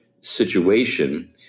situation